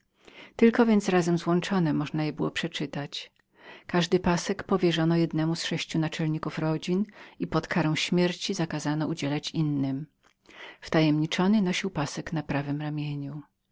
tylko więc razem złączone można je było przeczytać każdy pasek powierzono jednemu z sześciu naczelników rodzin i pod karą śmierci zakazano mu udzielanie drugiemu wtajemniczony nosił pasek na prawem ramieniu